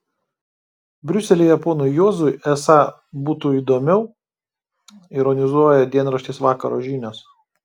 briuselyje ponui juozui esą būtų įdomiau ironizuoja dienraštis vakaro žinios